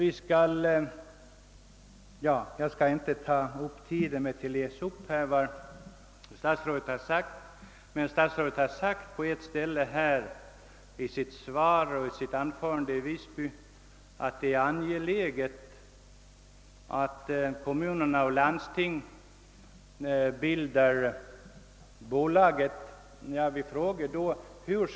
Jag skall här inte uppta tiden med någon högläsning, men statsrådet har på ett ställe i svaret och även i sitt anförande i Visby sagt, att det är angeläget att kommunerna och landstinget bildar ett bolag.